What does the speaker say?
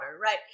right